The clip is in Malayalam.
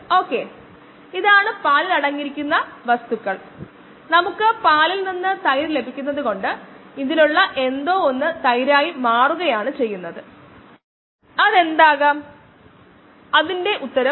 ഞാൻ അത് നിങ്ങൾക്ക് കാണിച്ചുതരാം v എന്ന ത് minus delta s by delta t